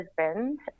husband